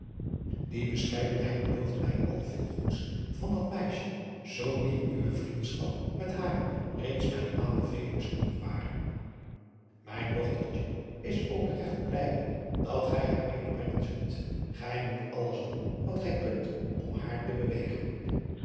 die bescheidenheid belooft mij al veel goeds van dat meisje zoo niet uwe vriendschap met haar reeds mij aanbevelings genoeg ware mijn dochtertje is ook regt blijde dat gij haar meêbrengen zult gij moet alles doen wat gij kunt om haar te bewegen